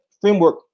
framework